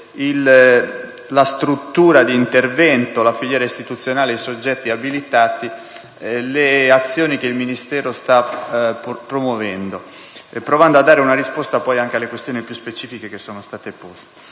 la struttura di intervento, la filiera istituzionale e i soggetti abilitati; le azioni che il Ministero sta promuovendo) provando a dare poi una risposta alle questioni più specifiche che sono state poste.